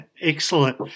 Excellent